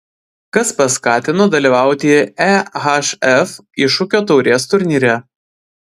kas paskatino dalyvauti ehf iššūkio taurės turnyre